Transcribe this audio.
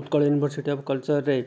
Utkal university of କଲ୍ଚରରେ